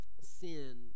sin